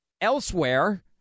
elsewhere